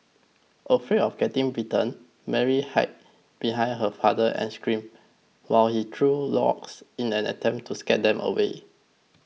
afraid of getting bitten Mary hid behind her father and screamed while he threw rocks in an attempt to scare them away